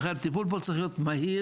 לכן הטיפול פה צריך להיות מהיר,